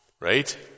Right